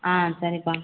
ஆ சரிப்பா